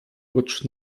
rocz